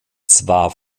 zwar